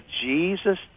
Jesus